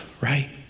right